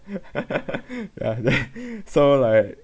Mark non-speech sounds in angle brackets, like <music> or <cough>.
<laughs> ya <laughs> so like